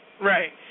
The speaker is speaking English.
Right